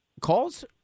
calls